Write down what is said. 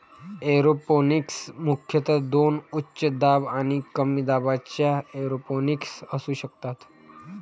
aeroponics मुख्यतः दोन उच्च दाब आणि कमी दाबाच्या एरोपोनिक्स असू शकतात